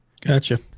gotcha